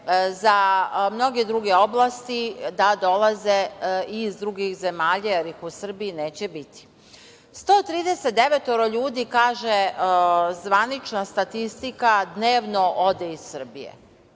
za mnoge druge oblasti da dolaze iz drugih zemalja, jer ih u Srbiji neće biti. Dakle, 139 ljudi, kaže zvanična statistika, dnevno ode iz Srbije,